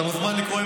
אתה מוזמן לקרוא.